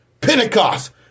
Pentecost